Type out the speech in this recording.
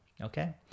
Okay